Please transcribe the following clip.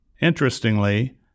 Interestingly